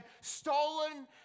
stolen